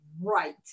right